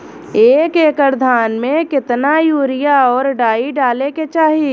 एक एकड़ धान में कितना यूरिया और डाई डाले के चाही?